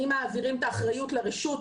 אם מעבירים את האחריות לרשות,